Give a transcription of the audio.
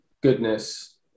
goodness